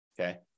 Okay